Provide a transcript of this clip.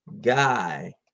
guy